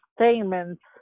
statements